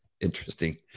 interesting